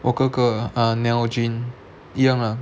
我哥哥的 ah nalgene 一样啊